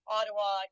Ottawa